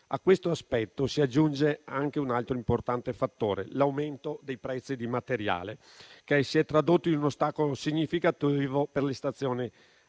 A questo aspetto si aggiunge anche un altro importante fattore: l'aumento dei prezzi dei materiali, che si è tradotto in un ostacolo significativo per le stazioni